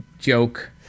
joke